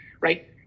right